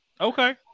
Okay